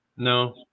no